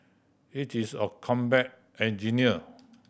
it is a combat engineer